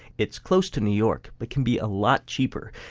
it's close to new york, but can be a lot cheaper.